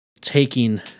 taking